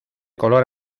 color